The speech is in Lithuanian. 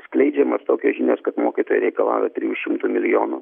skleidžiamos tokios žinios kad mokytojai reikalauja trijų šimtų milijonų